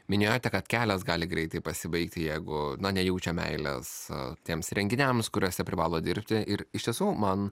minėjote kad kelias gali greitai pasibaigti jeigu nejaučia meilės tiems renginiams kuriuose privalo dirbti ir iš tiesų man